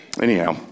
anyhow